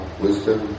wisdom